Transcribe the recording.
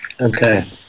Okay